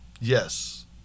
Yes